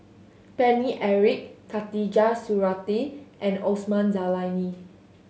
Paine Eric Khatijah Surattee and Osman Zailani